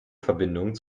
verbindung